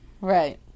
Right